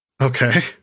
okay